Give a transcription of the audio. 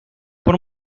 por